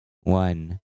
one